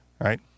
right